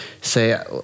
say